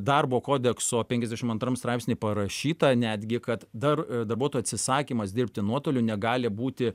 darbo kodekso penkiasdešim antram straipsny parašyta netgi kad dar darbuotojo atsisakymas dirbti nuotoliu negali būti